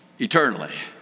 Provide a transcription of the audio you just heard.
eternally